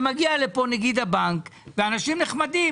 ומגיע לפה נגיד הבנק ואנשים נחמדים,